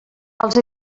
els